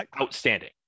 outstanding